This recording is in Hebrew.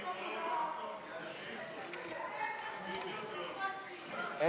להעביר את הצעת חוק להסדרת הפיקוח על